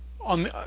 on